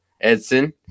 Edson